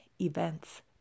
events